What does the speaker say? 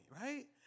right